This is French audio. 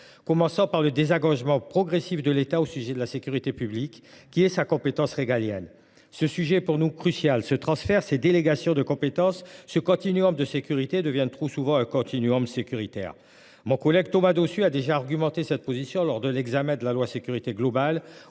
Commençons par le désengagement progressif de l’État en matière de sécurité publique, qui est sa compétence régalienne. Le sujet est pour nous crucial : ce transfert, ces délégations de compétence, ce continuum de sécurité, deviennent trop souvent un continuum sécuritaire. Mon collègue Thomas Dossus a déjà défendu cette position lors de l’examen de ce qui allait